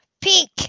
Pink